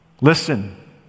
Listen